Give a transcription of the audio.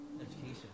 Education